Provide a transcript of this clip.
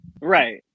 Right